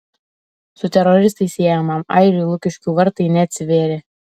su teroristais siejamam airiui lukiškių vartai neatsivėrė